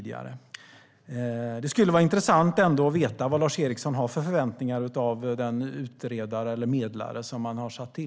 Det skulle vara intressant att veta vad Lars Eriksson har för förväntningar på den medlare som har tillsatts.